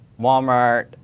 Walmart